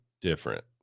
different